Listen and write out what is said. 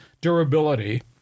durability